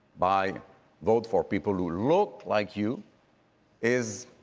by vote for people who look like you is